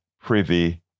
privy